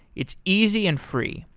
it's easy and free.